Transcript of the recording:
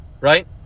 Right